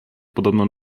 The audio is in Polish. podobno